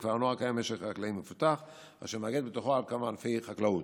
בכפר הנוער קיים משק חקלאי מפותח אשר מאגד בתוכו כמה ענפי חקלאות.